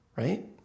Right